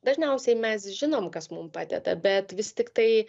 dažniausiai mes žinom kas mum padeda bet vis tiktai